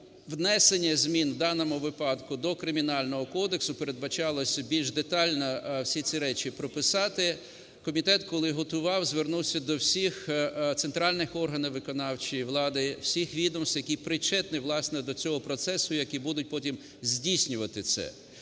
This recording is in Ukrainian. даному випадку до Кримінального кодексу, передбачалося більш детально всі ці речі прописати. Комітет, коли готував, звернувся до всіх центральних органах виконавчої влади, всіх відомств, які причетні, власне, до цього процесу, які будуть потім здійснювати це.